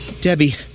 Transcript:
Debbie